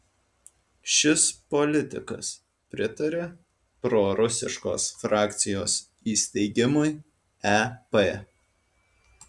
šis politikas pritaria prorusiškos frakcijos įsteigimui ep